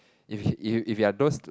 if you if you are those